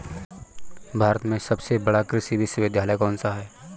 भारत में सबसे बड़ा कृषि विश्वविद्यालय कौनसा है?